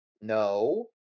no